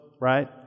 right